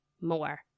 more